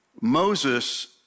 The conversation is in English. Moses